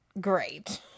great